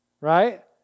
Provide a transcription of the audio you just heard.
right